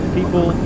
People